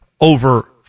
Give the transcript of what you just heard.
over